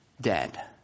Dead